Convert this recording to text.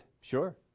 sure